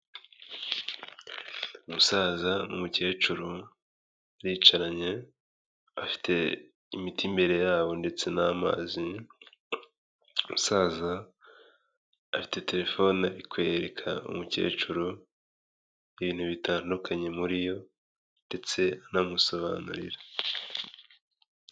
Umusaza n'umukecuru bicaranye, afite imiti imbere y'abo ndetse n'amazi. Umusaza afite telefone ari kwereka umukecuru ibintu bitandukanye muri yo ndetse anamusobanurira.